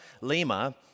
Lima